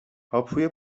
هاپوی